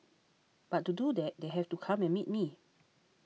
but to do that they have to come and meet me